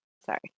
Sorry